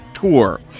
tour